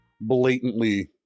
blatantly